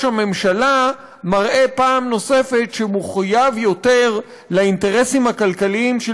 הממשלה מראה פעם נוספת שהוא מחויב יותר לאינטרסים הכלכליים של